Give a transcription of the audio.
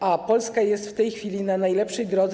A Polska jest w tej chwili na najlepszej drodze.